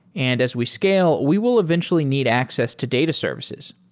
and as we scale, we will eventually need access to data services.